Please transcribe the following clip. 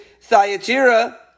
Thyatira